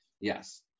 yes